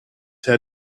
had